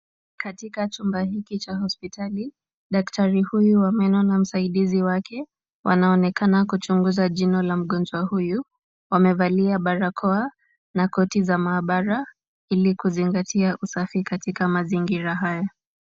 Katika chumba hiki cha hospitali, daktari huyu wa meno na msaidizi wake wanaonekana kuchunguza jino la mgonjwa huyu. Wamevalia barakoa na koti za maabara ili kuzingatia usafi katika mazingira haya.